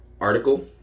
article